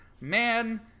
man